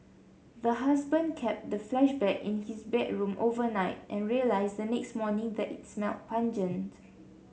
the husband kept the in his bedroom overnight and realised the next morning that it smelt pungent